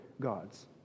gods